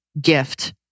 gift